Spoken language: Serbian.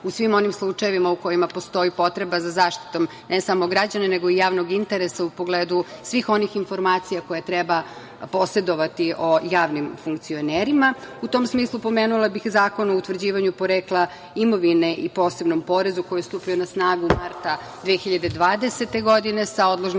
u svim onim slučajevima u kojima postoji potreba za zaštitom ne samo građana nego i javnog interesa u pogledu svih onih informacija koje treba posedovati o javnim funkcionerima.U tom smislu, pomenula bih Zakon o utvrđivanju porekla imovine i posebnom porezu koji je stupio na snagu marta 2020. godine sa odložnim